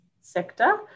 sector